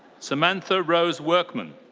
samantha rose workman.